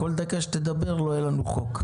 כל דקה שתדבר לא יהיה לנו חוק,